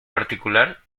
particular